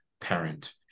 parent